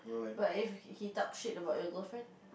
but if he he talk shit about your girlfriend